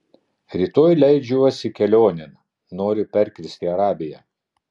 rytoj leidžiuosi kelionėn noriu perkirsti arabiją